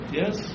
yes